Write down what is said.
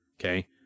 okay